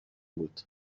بود